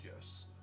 yes